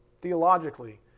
theologically